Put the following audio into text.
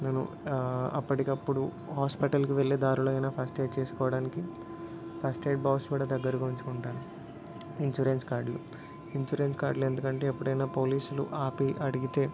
నేను అప్పటికప్పుడు హాస్పిటల్కి వెళ్ళే దారిలో అయినా ఫస్ట్ ఎయిడ్ చేసుకోవడానికి ఫస్ట్ ఎయిడ్ బాక్స్ కూడా దగ్గరగుంచుకుంటాను ఇన్సూరెన్స్ కార్డ్లు ఇన్సూరెన్స్ కార్డ్లు ఎందుకంటే ఎప్పుడైనా పోలీసులు ఆపి అడిగితే